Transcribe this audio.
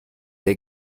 der